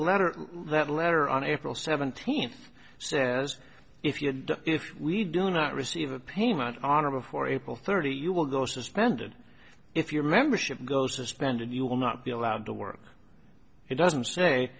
letter that letter on april seventeenth says if you if we do not receive a payment on or before april thirty you will go suspended if your membership go suspended you will not be allowed to work it doesn't say